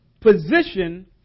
position